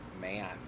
man